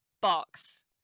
box